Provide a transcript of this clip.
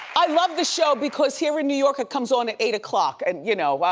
i love the show because here in new york, it comes on at eight o'clock and you know,